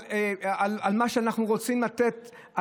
על מה שאנחנו רוצים לתת,